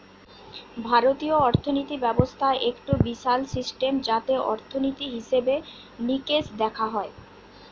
ভারতীয় অর্থিনীতি ব্যবস্থা একটো বিশাল সিস্টেম যাতে অর্থনীতি, হিসেবে নিকেশ দেখা হয়